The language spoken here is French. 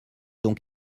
donc